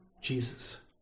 Jesus